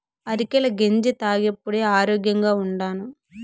అరికెల గెంజి తాగేప్పుడే ఆరోగ్యంగా ఉండాను